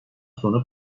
sonra